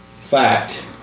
fact